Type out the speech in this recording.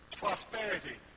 prosperity